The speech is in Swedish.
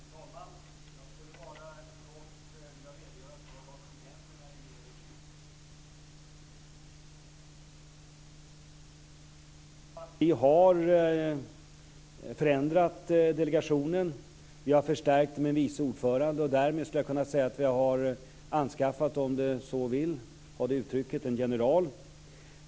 Fru talman! Jag skulle bara helt kort vilja redogöra för vad som händer när det gäller 2000-frågan, som togs upp här av Per Bill. Vi har förändrat delegationen. Vi har förstärkt med en vice ordförande. Därmed skulle jag kunna säga att vi har anskaffat, om man vill ha det så uttryckt, en general.